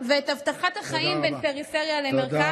ואת הבטחת החיים בין הפריפריה למרכז.